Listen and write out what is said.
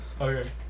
Okay